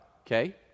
Okay